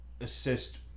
assist